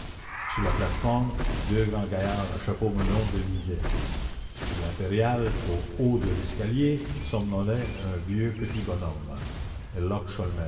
sur la plate-forme deux grands gaillards à chapeau melon devisaient sur l'impériale au haut de l'escalier somnolait un vieux petit bonhomme